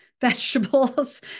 vegetables